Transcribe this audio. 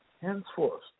henceforth